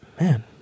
man